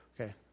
Okay